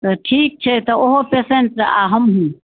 तऽ ठीक छै तऽ ओहो पेशेन्ट आओर हमहूँ